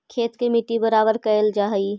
खेत के मट्टी बराबर कयल जा हई